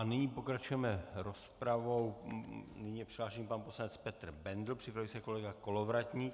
Nyní pokračujeme rozpravou, je přihlášen pan poslanec Petr Bendl, připraví se kolega Kolovratník.